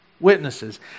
witnesses